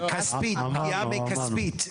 כספית, הפגיעה בכספית.